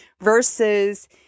versus